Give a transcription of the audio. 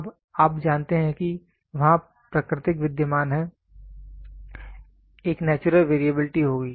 अब आप जानते हैं कि वहाँ प्राकृतिक विद्यमान है एक नेचुरल वेरीएबिलिटी होगी